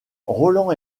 roland